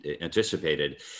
anticipated